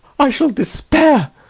i shall despair.